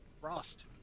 frost